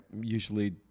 usually